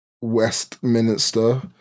Westminster